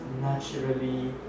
naturally